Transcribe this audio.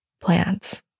plants